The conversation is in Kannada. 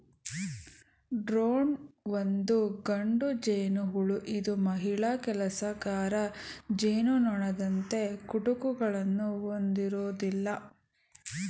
ಡ್ರೋನ್ ಒಂದು ಗಂಡು ಜೇನುಹುಳು ಇದು ಮಹಿಳಾ ಕೆಲಸಗಾರ ಜೇನುನೊಣದಂತೆ ಕುಟುಕುಗಳನ್ನು ಹೊಂದಿರೋದಿಲ್ಲ